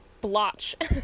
blotch